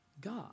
God